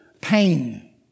pain